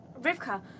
Rivka